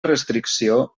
restricció